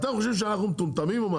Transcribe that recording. אתם חושבים שאנחנו מטומטמים או מה?